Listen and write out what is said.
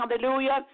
Hallelujah